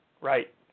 right